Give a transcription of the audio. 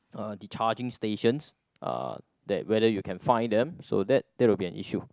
uh the charging stations uh that whether you can find them so that that will be an issue